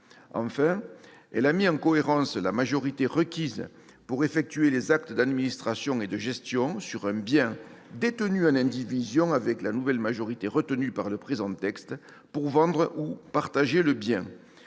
Enfin, elle a mis en cohérence la majorité requise pour effectuer les actes d'administration et de gestion sur un bien détenu en indivision avec la nouvelle majorité retenue par le présent texte pour vendre ou partager le bien